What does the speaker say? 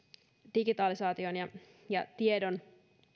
digitalisaation ja ja tiedon